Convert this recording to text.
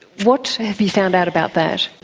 what have you found out about that?